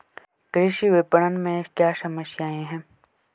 कृषि विपणन में क्या समस्याएँ हैं?